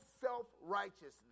self-righteousness